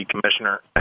commissioner